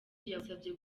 yabasabye